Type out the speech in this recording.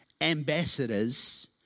ambassadors